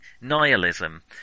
nihilism